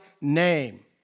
name